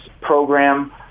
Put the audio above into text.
program